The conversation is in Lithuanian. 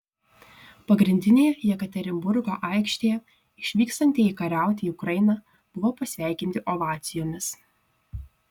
pagrindinėje jekaterinburgo aikštėje išvykstantieji kariauti į ukrainą buvo pasveikinti ovacijomis